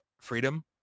freedom